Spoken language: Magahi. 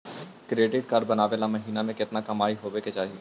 क्रेडिट कार्ड बनबाबे ल महीना के केतना कमाइ होबे के चाही?